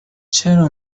چرا